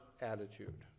attitude